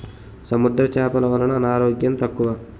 సముద్ర చేపలు వలన అనారోగ్యం తక్కువ